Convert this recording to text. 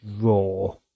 draw